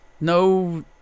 No